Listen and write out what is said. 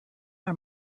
are